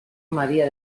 maría